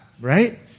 Right